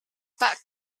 pak